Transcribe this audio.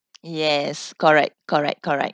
yes correct correct correct